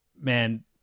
Man